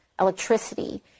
electricity